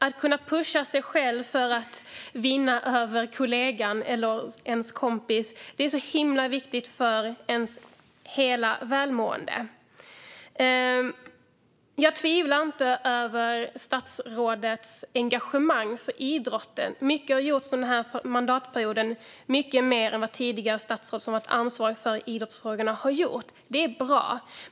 Att kunna pusha sig själv för att vinna över kollegan eller kompisen är så himla viktigt för hela ens välmående. Jag tvivlar inte på statsrådets engagemang för idrotten. Mycket har gjorts under denna mandatperiod - mycket mer än vad tidigare statsråd som har varit ansvariga för idrottsfrågorna har gjort. Det är bra.